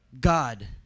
God